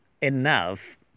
enough